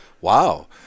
wow